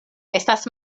estas